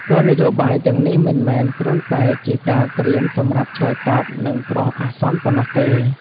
គោលនយោបាយទាំងនេះមិនមែនគ្រាន់តែជាការត្រៀមសម្រាប់ឆ្លើយតបនឹងគ្រោះអាសន្នប៉ុណ្ណោះទេ។